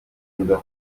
umutwe